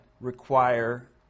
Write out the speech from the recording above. require